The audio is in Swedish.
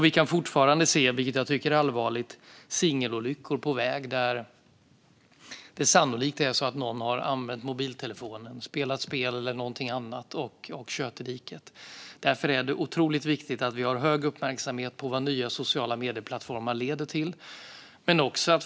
Vi kan, vilket jag tycker är allvarligt, fortfarande se singelolyckor på väg där det sannolikt är så att någon har använt mobiltelefonen, spelat spel eller någonting annat och kört i diket. Därför är det otroligt viktigt att vi har hög uppmärksamhet på vad nya sociala medieplattformar leder till.